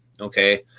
Okay